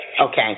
Okay